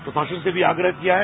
प्रशासन से भी आग्रह किया है